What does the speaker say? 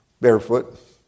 barefoot